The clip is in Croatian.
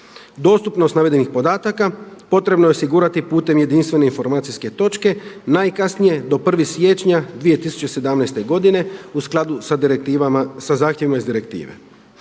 Dostupnost navedenih podataka potrebno je osigurati putem jedinstvene informacijske točke najkasnije do 1. siječnja 2017. godine u skladu sa direktivama, sa zahtjevima iz direktive.